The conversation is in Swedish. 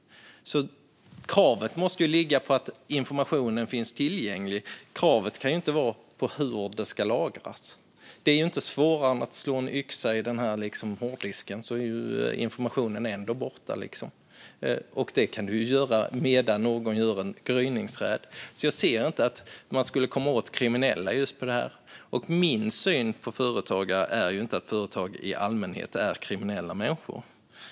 Kravet måste ligga på att informationen finns tillgänglig. Kravet kan inte vara hur informationen ska lagras. Det är inte svårare än att slå en yxa i hårddisken så är informationen ändå borta. Det kan du göra samtidigt som någon genomför en gryningsräd. Jag anser inte att man kommer åt kriminella med just denna åtgärd. Min uppfattning är inte att företagare i allmänhet är kriminella människor.